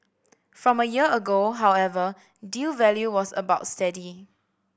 from a year ago however deal value was about steady